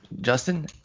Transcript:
justin